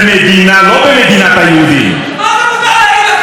לא במדינת היהודים, מה זה "מותר להגיד הכול"?